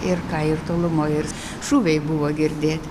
ir ką ir tolumoj ir šūviai buvo girdėt